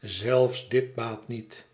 zelfs dit baat niet